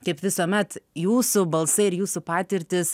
kaip visuomet jūsų balsai ir jūsų patirtys